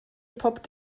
poppt